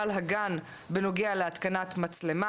בעל הגן בנוגע להתקנת מצלמה.